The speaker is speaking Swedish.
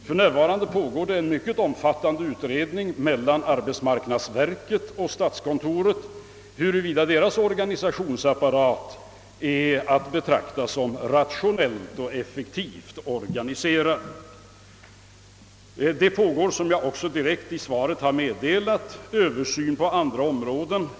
För närvarande pågår inom berörda verk en mycket omfattande utredning om huruvida arbetsmarknadsverkets organisation är rationell och effektiv. Som jag meddelat i svaret pågår också en översyn på andra områden.